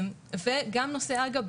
גם נושא הג"א,